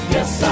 Yes